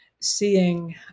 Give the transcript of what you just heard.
seeing